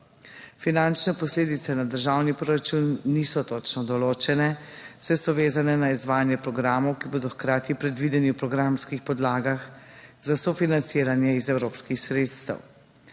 Finančne posledice za državni proračun niso točno določene, saj so vezane na izvajanje programov, ki bodo hkrati predvideni v programskih podlagah za sofinanciranje iz evropskih sredstev.